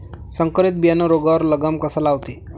संकरीत बियानं रोगावर लगाम कसा लावते?